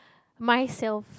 myself